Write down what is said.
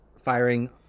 firing